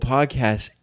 Podcast